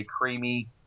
creamy